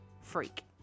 freak